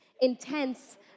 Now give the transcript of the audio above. intense